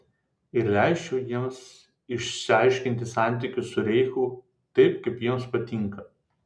ir leisčiau jiems išsiaiškinti santykius su reichu taip kaip jiems patinka